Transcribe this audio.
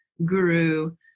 guru